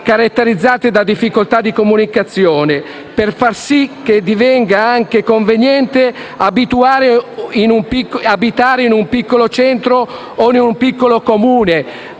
caratterizzate da difficoltà di comunicazione, per far sì che divenga anche conveniente abitare in un piccolo centro o in un piccolo Comune,